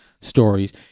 stories